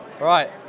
Right